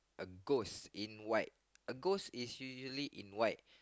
a ghost in white a ghost is usually in white